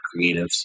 creatives